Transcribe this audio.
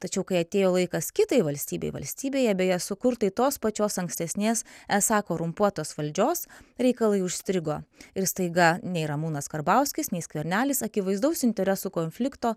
tačiau kai atėjo laikas kitai valstybei valstybėje beje sukurtai tos pačios ankstesnės esą korumpuotos valdžios reikalai užstrigo ir staiga nei ramūnas karbauskis nei skvernelis akivaizdaus interesų konflikto